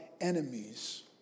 enemies